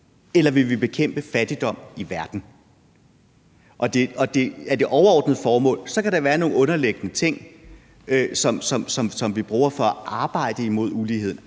eller vil vi bekæmpe fattigdom i verden? Og er det det overordnede formål? Så kan der være nogle underliggende ting, som vi bruger for at arbejde imod uligheden,